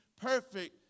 perfect